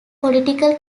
political